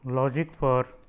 logic for